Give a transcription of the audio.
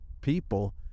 people